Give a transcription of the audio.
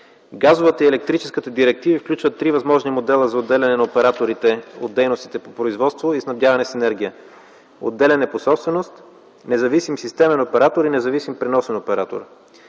Газовата и електрическата директива включват три възможни модела за отделяне на операторите от дейностите по производство и снабдяване с енергия – отделяне по собственост, независим системен оператор и независим преносен оператор.